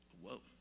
whoa